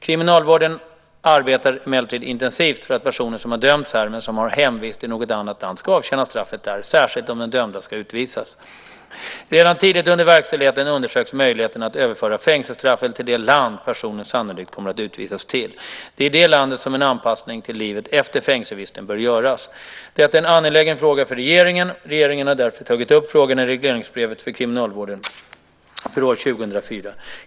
Kriminalvården arbetar emellertid intensivt för att personer som har dömts här men som har hemvist i något annat land ska avtjäna straffet där, särskilt om den dömde ska utvisas. Redan tidigt under verkställigheten undersöks möjligheten att överföra fängelsestraffet till det land personen sannolikt kommer att utvisas till. Det är i det landet som en anpassning till livet efter fängelsevistelsen bör göras. Detta är en angelägen fråga för regeringen. Regeringen har därför tagit upp frågan i regleringsbrevet för kriminalvården för år 2004.